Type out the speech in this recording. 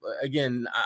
again